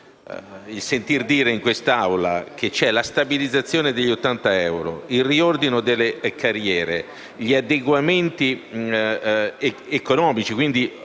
Sentendo dire in quest'Aula che ci sono la stabilizzazione degli 80 euro, il riordino delle carriere, gli adeguamenti economici, lo